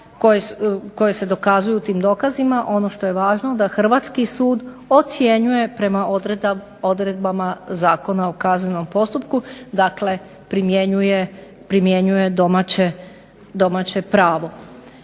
koje se pokazuju tim dokazima ono što je važno da Hrvatski sud procjenjuje prema odredbama Zakona o kaznenom postupku primjenjuje domaće pravo.